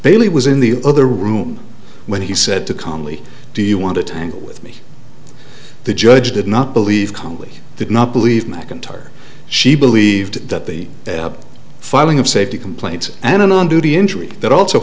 bailey was in the other room when he said to calmly do you want to tangle with me the judge did not believe connally did not believe macintyre she believed that the filing of safety complaints and an on duty injury that also